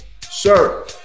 sir